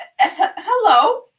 Hello